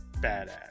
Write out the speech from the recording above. badass